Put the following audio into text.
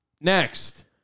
next